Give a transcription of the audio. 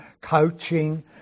coaching